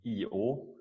io